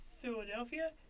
Philadelphia